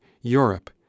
Europe